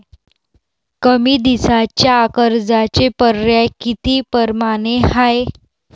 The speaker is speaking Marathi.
कमी दिसाच्या कर्जाचे पर्याय किती परमाने हाय?